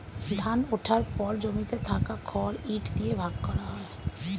ধান ওঠার পর জমিতে থাকা খড় ইট দিয়ে ভাগ করা হয়